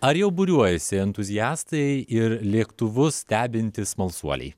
ar jau būriuojasi entuziastai ir lėktuvus stebintys smalsuoliai